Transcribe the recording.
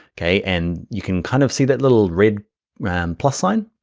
okay? and you can kind of see that little red red plus sign,